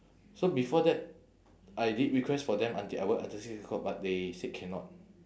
so before that I did request for them until I work until six o'clock but they said cannot